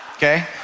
Okay